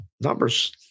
Numbers